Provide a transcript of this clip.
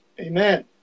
Amen